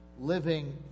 living